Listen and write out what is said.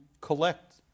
collect